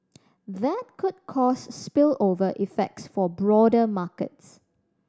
that could cause spillover effects for broader markets